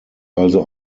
also